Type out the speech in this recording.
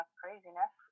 craziness